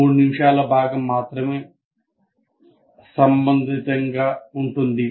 3 నిమిషాల భాగం మాత్రమే సంబంధితంగా ఉంటుంది